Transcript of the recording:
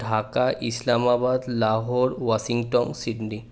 Dhaka Islamabad Lahore Washington Sydney